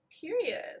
Period